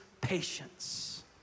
patience